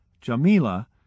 Jamila